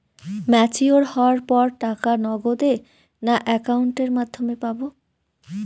Mature হওয়ার পর টাকা নগদে না অ্যাকাউন্টের মাধ্যমে পাবো?